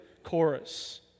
chorus